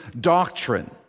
doctrine